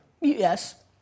Yes